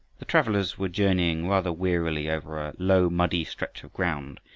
the travelers were journeying rather wearily over a low muddy stretch of ground,